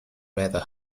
rather